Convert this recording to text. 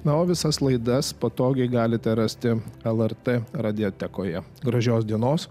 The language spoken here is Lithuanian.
na o visas laidas patogiai galite rasti lrt radiotekoje gražios dienos